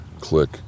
click